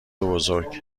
بزرگ